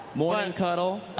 morning culled.